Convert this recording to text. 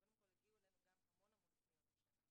קודם כול, הגיעו אלינו גם המון פניות השנה.